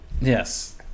Yes